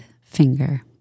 finger